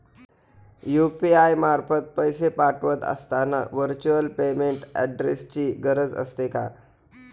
UPI मार्फत पैसे पाठवत असताना व्हर्च्युअल पेमेंट ऍड्रेसची गरज असते का?